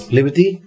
Liberty